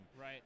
Right